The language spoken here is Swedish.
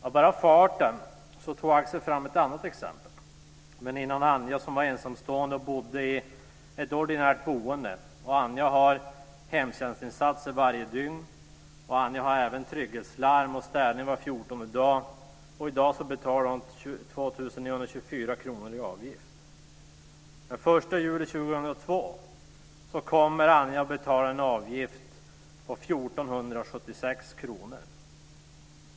Av bara farten tog Axel fram ett annat exempel. Väninnan Anja var ensamstående och bodde i ett ordinärt boende. Anja har hemtjänstsinsatser varje dygn. Anja har även trygghetslarm och städning var fjortonde dag. I dag betalar hon 2 924 kr i avgift. Den 1 juli 2002 kommer Anja att betala en avgift på 1 476 kr.